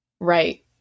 right